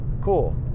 Cool